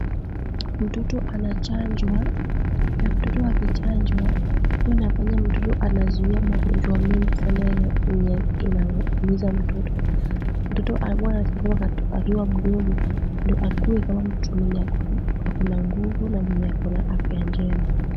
Mtoto anachanjwa na mtoto akichanjwa huwa inafanya mtoto anazuia magonjwa mengi sana yenye inaumiza mtoto. Mtoto huwa anachanjwa akiwa mdogo ndio akuwe kama mtu mwenye akona nguvu na mwenye akona afya njema.